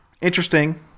Interesting